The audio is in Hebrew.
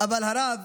אבל הרב